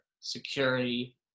security